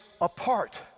apart